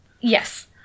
Yes